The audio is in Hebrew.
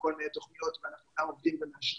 כל מיני תוכניות ואנחנו כבר עובדים היכן